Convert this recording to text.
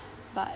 but